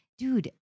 Dude